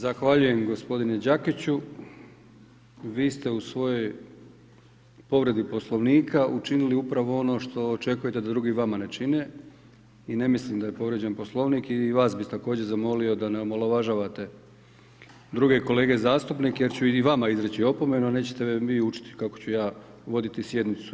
Zahvaljujem gospodine Đakiću, vi ste u svojoj povredi Poslovnika učinili upravo ono što očekujete da drugi vama ne čine i ne mislim da je povrijeđen Poslovnik i vas bih također zamolio da ne omalovažavate druge kolege zastupnike jer ću i vama izreći opomenu, a nećete me vi učiti kako ću ja voditi sjednicu.